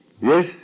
Yes